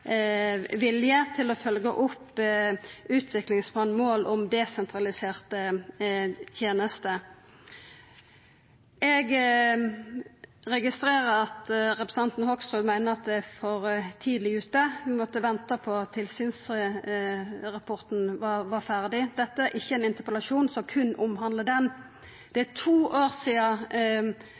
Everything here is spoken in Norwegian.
vilje til å følgja opp måla om desentraliserte tenester i utviklingsplanen. Eg registrerer at representanten Hoksrud meiner at eg er for tidleg ute og skulla ha venta til tilsynsrapporten var ferdig. Dette er ikkje ein interpellasjon som berre omhandlar tilsynsrapporten. Det er to år sidan